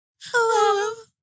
Hello